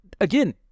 again